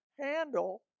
handle